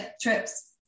trips